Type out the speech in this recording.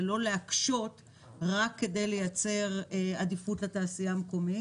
לא להקשות רק כדי לייצר עדיפות לתעשייה המקומית.